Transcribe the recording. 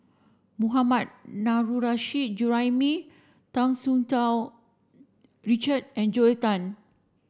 Mohammad Nurrasyid Juraimi Hu Tsu Tau Richard and Joel Tan